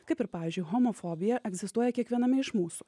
kaip ir pavyzdžiui homofobija egzistuoja kiekviename iš mūsų